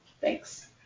Thanks